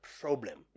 problem